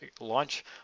launch